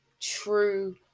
true